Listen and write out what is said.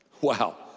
wow